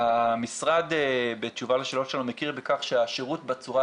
המשרד בתשובה לשאלות שלנו מכיר בכך שהשירות בצורה